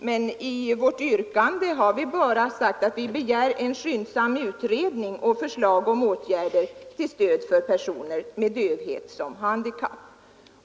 Men i vårt yrkande begär vi bara en skyndsam utredning och förslag om åtgärder till stöd för personer med dövhet som handikapp.